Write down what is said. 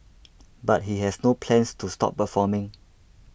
but he has no plans to stop performing